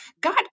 God